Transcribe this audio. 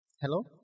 Hello